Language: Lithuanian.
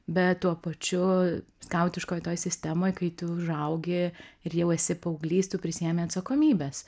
bet tuo pačiu skautiškoj toj sistemoj kai tu užaugi ir jau esi paauglys tu prisiėmi atsakomybes